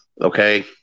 okay